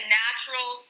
natural